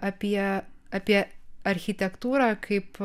apie apie architektūrą kaip